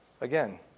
Again